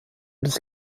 des